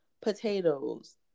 potatoes